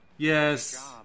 Yes